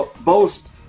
boast